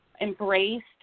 embraced